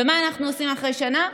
ומה אנחנו עושים אחרי שנה?